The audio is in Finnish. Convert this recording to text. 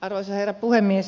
arvoisa herra puhemies